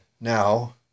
now